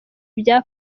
bya